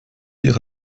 ihre